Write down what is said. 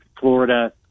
Florida